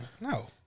No